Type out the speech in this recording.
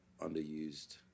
underused